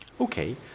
Okay